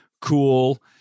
cool